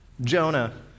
Jonah